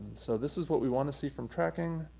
so this is what we want to see from tracking.